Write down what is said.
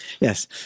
Yes